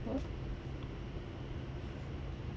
what